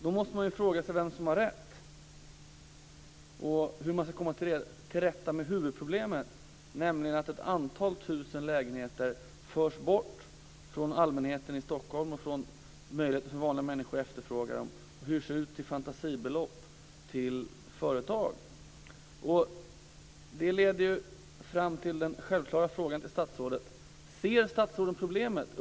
Då måste man fråga sig vem som har rätt och hur man ska komma till rätta med huvudproblemet, nämligen att ett antal tusen lägenheter förs bort från allmänheten i Stockholm och från möjligheten för vanliga människor att efterfråga dem och hyrs ut till företag till fantasibelopp. Det leder fram till den självklara frågan till statsrådet: Ser statsrådet problemet?